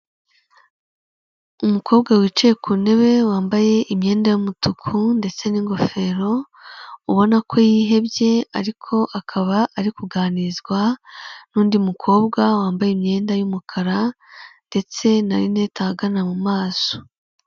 Umukobwa wicaye ku ntebe wambaye imyenda y'umutuku ndetse n'ingofero, ubona ko yihebye, ariko akaba ari kuganirizwa n'undi mukobwa wambaye imyenda y'umukara, ndetse na rinete ahagana mu maso.